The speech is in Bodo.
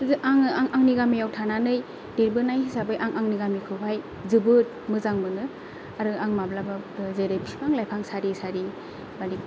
आङो आं आंनि गामियाव थानानै देरबोनाय हिसाबै आं आंनि गामिखौहाय जोबोद मोजां मोनो आरो आं माब्लाबो जेरै बिफां लाइफां सारि सारि मानि